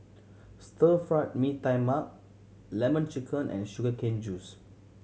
Stir Fry Mee Tai Mak Lemon Chicken and sugar cane juice